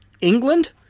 England